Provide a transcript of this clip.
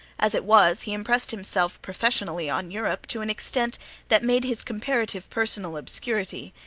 as it was, he impressed himself professionally on europe to an extent that made his comparative personal obscurity,